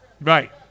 Right